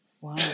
Wow